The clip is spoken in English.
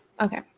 Okay